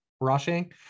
rushing